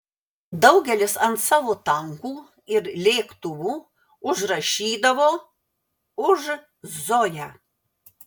daugelis ant savo tankų ir lėktuvų užrašydavo už zoją